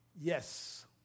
Yes